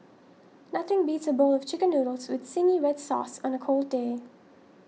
nothing beats a bowl of Chicken Noodles with Zingy Red Sauce on a cold day